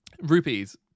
Rupees